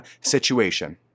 situation